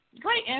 Great